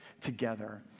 together